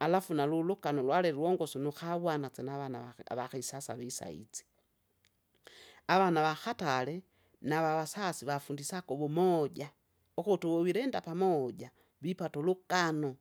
Alafu nalulugano ulwale luongosu nukawana sinavana avaki- avakisasa visaisi, avana vakatale, navava sasi wafundisake uvumoja, ukutu uvuvilinda pamoja vipata ulugano,